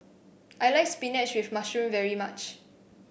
I like spinach with mushroom very much